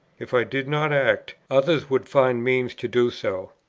if i did not act, others would find means to do so.